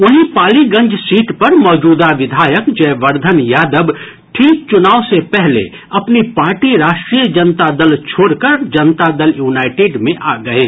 वहीं पालीगंज सीट पर मौजूदा विधायक जयवर्धन यादव ठीक चुनाव से पहले अपनी पार्टी राष्ट्रीय जनता दल छोडकर जनता दल यूनाइटेड में आ गये